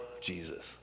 Jesus